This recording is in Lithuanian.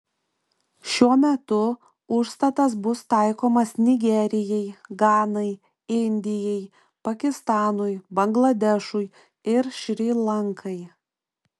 šiuo metu užstatas bus taikomas nigerijai ganai indijai pakistanui bangladešui ir šri lankai